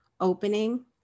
opening